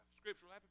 Scriptural